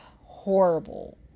Horrible